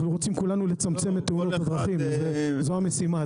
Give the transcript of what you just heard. אנחנו רוצים כולנו לצמצם את תאונות הדרכים זאת המשימה,